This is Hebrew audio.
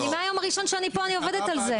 מהיום הראשון שאני פה אני עובדת על זה.